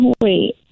Wait